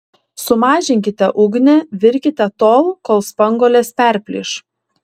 sumažinkite ugnį virkite tol kol spanguolės perplyš